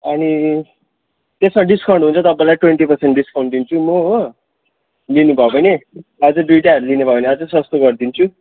अनि त्यसमा डिस्काउन्ट हुन्छ तपाईँलाई ट्वेन्टी पर्सेन्ट डिस्काउन्ट दिन्छ म हो लिनु भयो भने अझै दुईवटाहरू लिनु भयो भने अझै सस्तो गरिदिन्छु